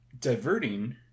diverting